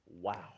Wow